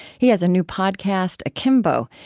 he has a new podcast, akimbo,